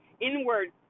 inward